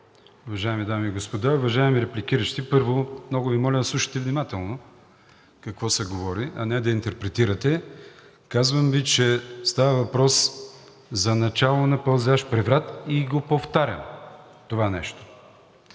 Уважаеми дами и господа, уважаеми репликиращи! Първо, много Ви моля да слушате внимателно какво се говори, а не да интерпретирате. Казвам Ви, че става въпрос за начало на пълзящ преврат и го повтарям това нещо,